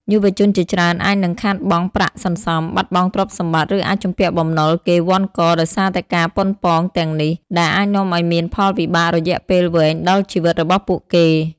យុវជនជាច្រើនអាចនឹងខាតបង់ប្រាក់សន្សំ បាត់បង់ទ្រព្យសម្បត្តិ ឬអាចជំពាក់បំណុលគេវ័ណ្ឌកដោយសារតែការប៉ុនប៉ងទាំងនេះ ដែលអាចនាំឱ្យមានផលវិបាករយៈពេលវែងដល់ជីវិតរបស់ពួកគេ។